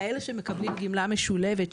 כאלה שמקבלים גמלה משולבת,